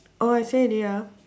oh I say already ah